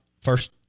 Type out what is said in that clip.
first